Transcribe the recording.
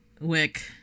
Wick